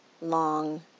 long